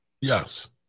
Yes